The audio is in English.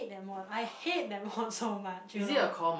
hate them all I hate them all so much you know